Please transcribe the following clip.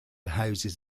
houses